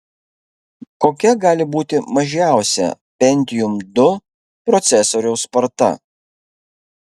kokia gali būti mažiausia pentium ii procesoriaus sparta